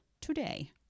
today